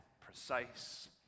precise